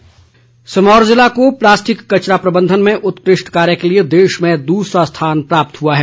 सम्मान सिरमौर जिले को प्लास्टिक कचरा प्रबंधन में उत्कृष्ट कार्य के लिए देश में दूसरा स्थान प्राप्त हुआ है